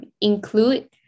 include